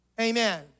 Amen